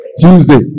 Tuesday